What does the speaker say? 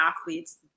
athletes